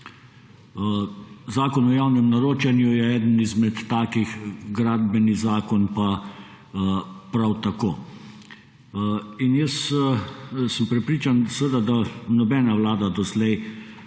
Zakon o javnem naročanju je eden izmed takih, Gradbeni zakon pa prav tako. Prepričan sem seveda, da nobena vlada doslej